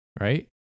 Right